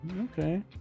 Okay